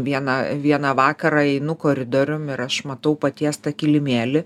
viena vieną vakarą einu koridorium ir aš matau patiestą kilimėlį